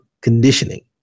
conditioning